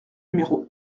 numéro